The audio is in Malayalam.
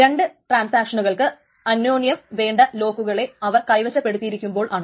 രണ്ട് ട്രാൻസാക്ഷനുകൾക്ക് അന്യോന്യം വേണ്ട ലോക്കുകളെ അവർ കൈവശപ്പെടുത്തിയിരിക്കുമ്പോൾ ആണ്